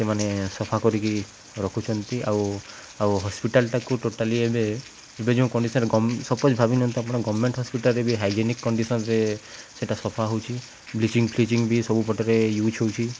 ସେମାନେ ସଫା କରିକି ରଖୁଛନ୍ତି ଆଉ ଆଉ ହସ୍ପିଟାଲଟାକୁ ଟୋଟାଲି ଏବେ ଏବେ ଯେଉଁ କଣ୍ଡିସନ ସପୋଜ୍ ଭାବିନିଅନ୍ତୁ ଆପଣ ଗମେଣ୍ଟ ହସ୍ପିଟାଲରେ ବି ହାଇଜେନିକ୍ କଣ୍ଡିସନରେ ସେଇଟା ସଫା ହଉଛି ବ୍ଲିଚିଂ ଫ୍ଲିଚିଙ୍ଗ ବି ସବୁପଟରେ ୟୁଜ ହଉଛି